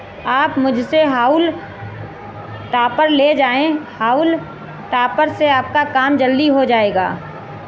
आप मुझसे हॉउल टॉपर ले जाएं हाउल टॉपर से आपका काम जल्दी हो जाएगा